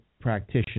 practitioner